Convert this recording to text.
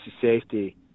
safety